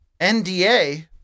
NDA